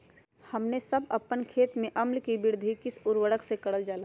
हमने सब अपन खेत में अम्ल कि वृद्धि किस उर्वरक से करलजाला?